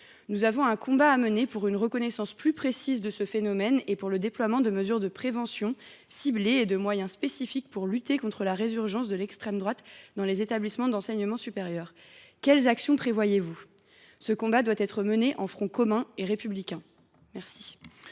Nous avons un combat à mener pour une connaissance plus précise de ce phénomène et pour le déploiement de mesures de prévention ciblées et de moyens spécifiques, afin de lutter contre la résurgence de l’extrême droite dans les établissements d’enseignement supérieur. Quelles actions prévoyez vous de conduire à cet égard ? Ce combat doit être mené en front commun et républicain.